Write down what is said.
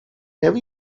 have